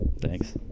Thanks